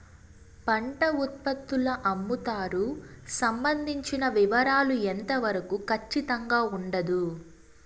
పంట ఉత్పత్తుల అమ్ముతారు సంబంధించిన వివరాలు ఎంత వరకు ఖచ్చితంగా ఉండదు?